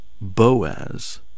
Boaz